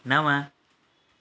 नव